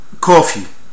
coffee